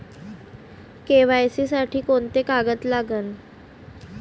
KYC साठी कोंते कागद लागन?